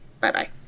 Bye-bye